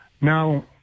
Now